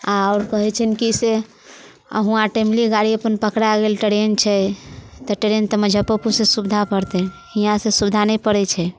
आओर कहैत छियनि कि से हूआँ टेमली गाड़ी अपन पकड़ा गेल ट्रेन छै तऽ ट्रेन तऽ मुजप्परपुरसँ सुविधा पड़तै हियाँसँ सुविधा नहि पड़ैत छै